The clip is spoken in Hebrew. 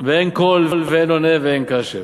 ואין קול ואין עונה ואין קשב.